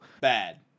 Bad